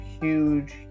huge